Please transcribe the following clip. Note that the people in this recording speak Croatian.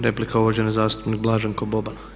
Replika, uvaženi zastupnik Blaženko Boban.